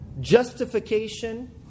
justification